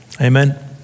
Amen